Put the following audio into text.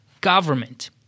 government